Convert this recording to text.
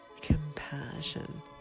compassion